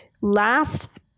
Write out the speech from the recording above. last